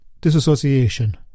disassociation